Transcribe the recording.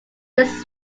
this